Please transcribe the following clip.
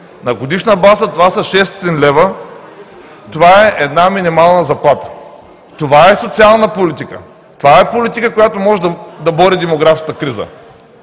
На годишна база това са 600 лв. – една минимална заплата. Това е социална политика – политика, която може да бори демографската криза.